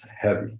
heavy